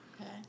Okay